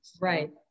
Right